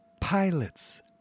pilots